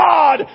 God